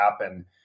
happen